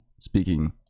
speaking